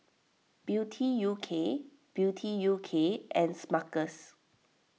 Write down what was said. Beauty U K Beauty U K and Smuckers